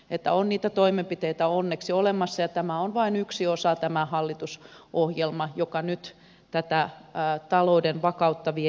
että on niitä toimenpiteitä onneksi olemassa ja tämä hallitusohjelma on vain yksi osa joka nyt tätä talouden vakautta vie eteenpäin